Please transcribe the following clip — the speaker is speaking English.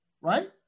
right